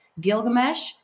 gilgamesh